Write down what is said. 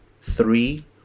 three